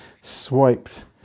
swiped